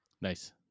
Nice